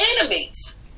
enemies